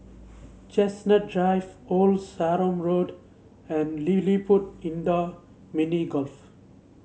Chestnut Drive Old Sarum Road and LilliPutt Indoor Mini Golf